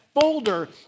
folder